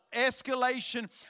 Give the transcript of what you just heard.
escalation